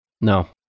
No